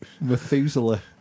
Methuselah